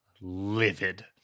livid